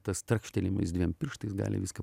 tas trakštelėjimas dviem pirštais gali viską